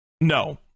No